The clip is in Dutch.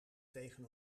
tegen